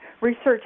research